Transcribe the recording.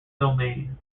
domain